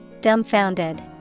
Dumbfounded